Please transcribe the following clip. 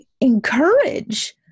encourage